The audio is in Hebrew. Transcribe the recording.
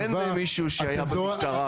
אין איזה מישהו שהיה במשטרה.